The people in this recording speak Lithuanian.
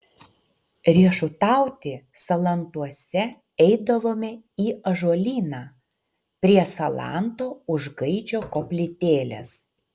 riešutauti salantuose eidavome į ąžuolyną prie salanto už gaidžio koplytėlės